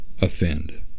offend